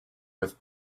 with